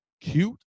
cute